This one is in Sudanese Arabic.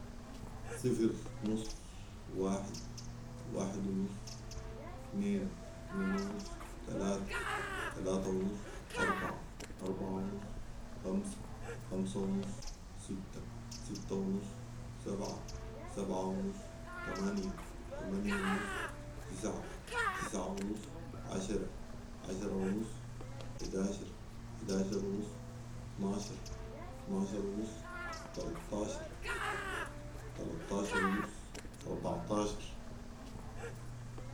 صفر ، نص ، واحد ، واحد ونص ، اتنين ،اتنين ونص ، تلاته ، تلاته ونص ،اربعه ، اربعه ونص ، خمسه ، خمسه ونص ، سته ، سته ونص ، سبعه ، سبعه ونص ، تمانيه ، تمانيه ونص ، تسعه ، تسعه ونص ، عشره ، عشره ونص ، حداشر ، حداشر ونص ، اطناشر ، اطناشر ونص ، تلطاشر، تلطاشرونص ، اربعطاشر